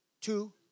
Two